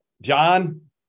John